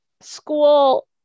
school